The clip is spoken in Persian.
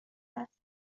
است